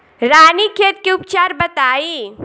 रानीखेत के उपचार बताई?